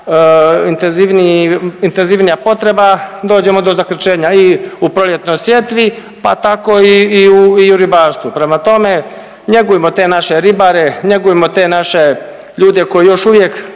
intenzivnija potreba dođemo do zakrčenja i u proljetnoj sjetvi, pa tako i u ribarstvu. Prema tome, njegujmo te naše ribare, njegujmo te naše ljude koji još uvijek